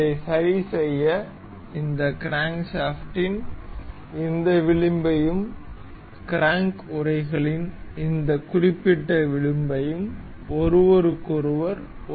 இதை சரிசெய்ய இந்த கிரான்க்ஷாஃப்டின் இந்த விளிம்பையும் கிராங்க் உறைகளின் இந்த குறிப்பிட்ட விளிம்பையும் ஒருவருக்கொருவர் ஒத்துப்போக வேண்டும்